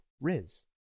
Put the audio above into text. Riz